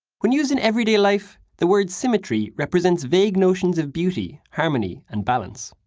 when used in every day life, the word symmetry represents vague notions of beauty, harmony and balance.